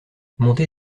monter